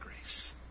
grace